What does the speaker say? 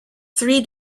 three